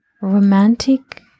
romantic